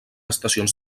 estacions